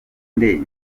nde